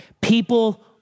People